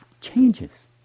changes